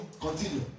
continue